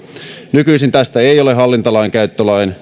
nykyisin tästä ei ole hallintolainkäytön